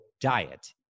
diet